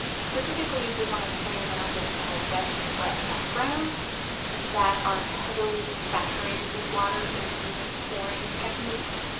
specifically if you want to play around with more wet and wet backgrounds that are heavily saturated with water or even pouring techniques.